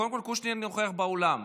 קודם כול, קושניר נוכח באולם.